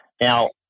Now